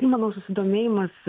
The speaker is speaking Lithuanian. manau susidomėjimas